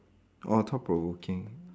oh thought provoking